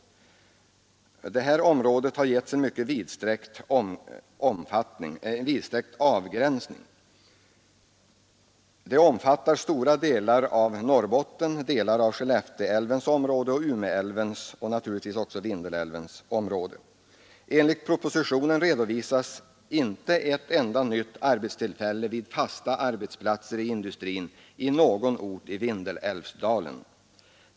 Det här området har givits en mycket vidsträckt avgränsning. Det omfattar stora delar av Norrbotten, delar av Skellefteälvens område, Umeälvsområdet och naturligtvis också Vindelälvens område. I propositionen redovisas inte ett enda nytt arbetstillfälle vid fasta arbetsplatser i industrin i någon ort i Vindelälvsdalen.